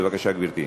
בבקשה, גברתי.